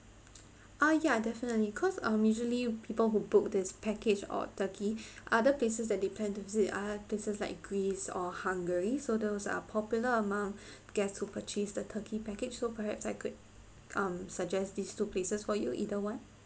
uh ya definitely cause um usually people who book this package or turkey other places that they plan to visit are places like greece or hungary so those are popular among guests who purchased the turkey package so perhaps I could um suggest these two places for you either one